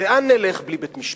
לאן נלך בלי בית-משפט?